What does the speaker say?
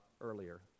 earlier